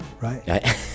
right